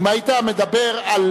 אם היית מדבר על